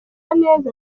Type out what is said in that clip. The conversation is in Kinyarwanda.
neza